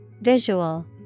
Visual